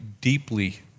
deeply